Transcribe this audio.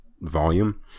volume